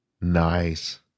Nice